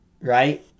right